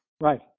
Right